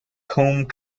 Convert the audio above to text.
combe